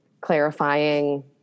clarifying